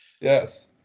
yes